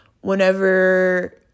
whenever